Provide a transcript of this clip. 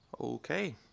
Okay